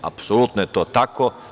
Apsolutno je to tako.